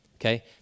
okay